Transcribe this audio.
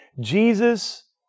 Jesus